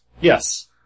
Yes